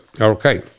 okay